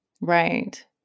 Right